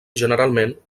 generalment